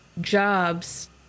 jobs